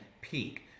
peak